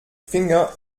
finger